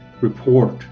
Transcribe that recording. report